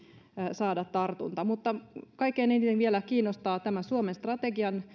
saada tartunta mutta kaikkein eniten vielä kiinnostaa tämä suomen strategian